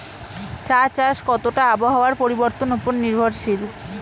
চা চাষ কতটা আবহাওয়ার পরিবর্তন উপর নির্ভরশীল?